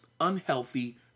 unhealthy